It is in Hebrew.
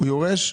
הוא יורש.